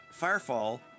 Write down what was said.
Firefall